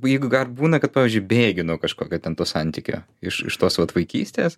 jeigu būna kad pavyzdžiui bėgi nuo kažkokio ten to santykio iš iš tos vat vaikystės